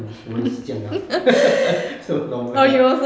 mm 我也是这样啦 so normal